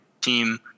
team